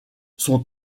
son